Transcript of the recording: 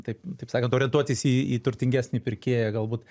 taip taip sakant orientuotis į į turtingesnį pirkėją galbūt